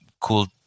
cool